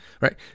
right